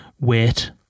weight